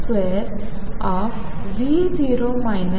म्हणून क्षय होते